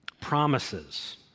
Promises